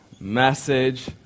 message